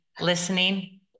listening